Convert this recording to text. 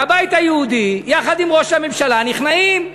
והבית היהודי, יחד עם ראש הממשלה, נכנעים.